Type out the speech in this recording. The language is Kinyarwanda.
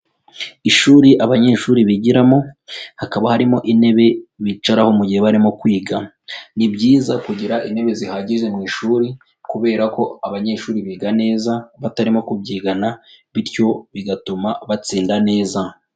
Ishuri abanyeshuri bigiramo, hakaba harimo intebe bicaraho mu gihe barimo kwiga. Ni byiza kugira intebe zihagije mu ishuri kubera ko abanyeshuri biga neza batarimo kubyigana bityo bigatuma batsinda neza.